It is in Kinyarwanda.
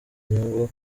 inyungu